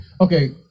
Okay